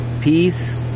Peace